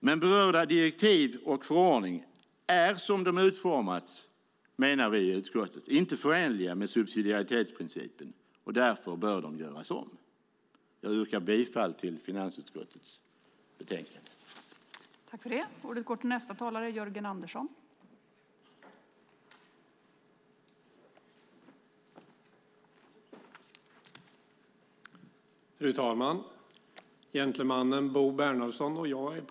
Men berörda direktiv och förordning är, som de har utformats, menar vi i utskottet, inte förenliga med subsidiaritetsprincipen. Därför bör de göras om. Jag yrkar bifall till finansutskottets förslag.